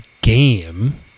game